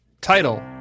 Title